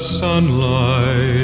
sunlight